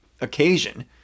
occasion